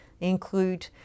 include